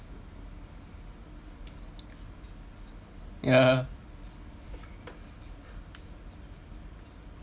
a